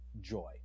joy